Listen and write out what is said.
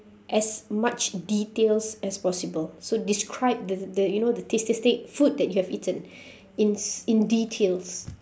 as much details as possible so describe the the you know the tastiest thing food that you have eaten ins in details